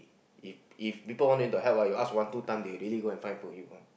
if if people wanted to help ah you ask one two time they really go and find for you